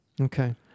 okay